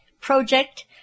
project